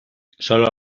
solo